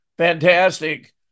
fantastic